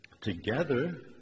Together